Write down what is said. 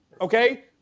Okay